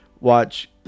watch